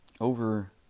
over